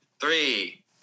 Three